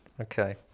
Okay